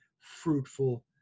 fruitful